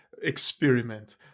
experiment